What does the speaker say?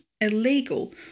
illegal